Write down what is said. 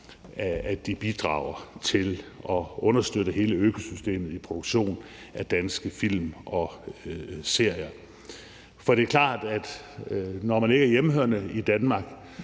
at de bidrager til at understøtte hele økosystemet i produktion af danske film og serier. For det er jo klart, at når streamingtjenesterne ikke er hjemmehørende i Danmark,